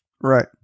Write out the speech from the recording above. Right